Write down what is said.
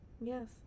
Yes